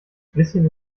bisschen